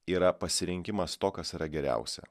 yra pasirinkimas to kas yra geriausia